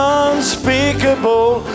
unspeakable